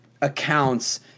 accounts